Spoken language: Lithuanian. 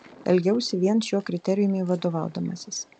elgiausi vien šiuo kriterijumi vadovaudamasis